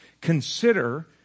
Consider